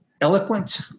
eloquent